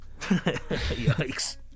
yikes